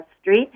Street